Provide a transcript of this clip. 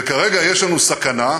וכרגע יש לנו סכנה,